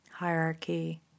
hierarchy